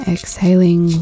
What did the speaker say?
Exhaling